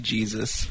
Jesus